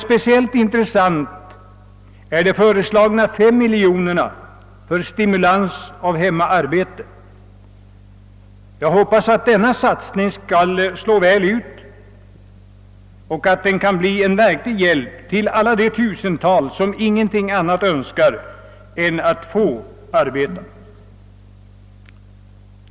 Speciellt intressant är förslaget om 5 miljoner kronor till stimulans av hemmaarbete. Jag hoppas alt denna satsning skall slå väl ut och ge en verklig hjälp åt tusentals människor som ingenting annat önskar än att få arbeta.